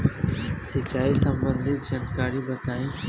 सिंचाई संबंधित जानकारी बताई?